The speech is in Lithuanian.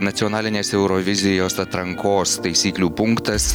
nacionalinės eurovizijos atrankos taisyklių punktas